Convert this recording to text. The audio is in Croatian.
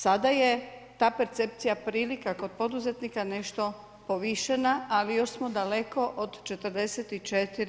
Sada je ta percepcija prilika kod poduzetnika nešto povišena, ali još smo daleko od 44%